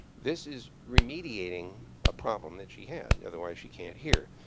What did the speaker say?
this is remediating a problem that she had. otherwise, she can't hear.